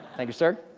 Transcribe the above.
thank you sir.